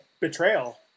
betrayal